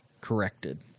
corrected